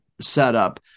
setup